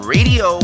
Radio